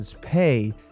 pay